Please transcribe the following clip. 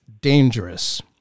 dangerous